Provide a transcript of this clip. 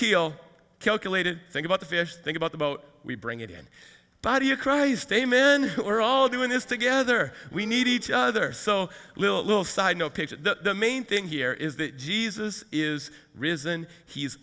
keel calculated think about the fish think about the boat we bring it in body of christ amen we're all doing this together we need each other so little side no picture the main thing here is that jesus is risen he's